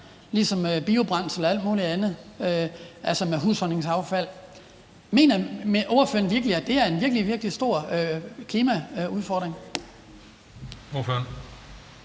ligesom biobrændsel og alt muligt andet, altså fra husholdningsaffald. Mener ordføreren virkelig, at det er en virkelig, virkelig stor klimaudfordring? Kl.